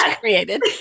created